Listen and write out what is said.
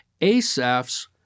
Asaph's